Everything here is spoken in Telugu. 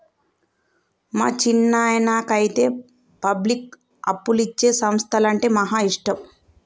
మా చిన్నాయనకైతే పబ్లిక్కు అప్పులిచ్చే సంస్థలంటే మహా ఇష్టం